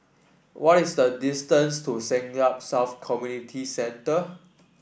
what is the distance to Siglap South Community Centre